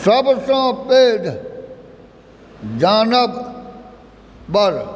सबसँ पैघ जानवर